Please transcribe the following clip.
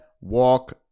walk